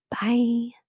Bye